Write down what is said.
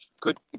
Good